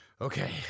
okay